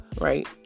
right